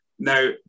Now